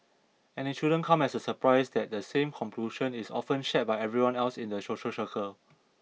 and it shouldn't come as a surprise that the same conclusion is often shared by everyone else in their social circle